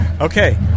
Okay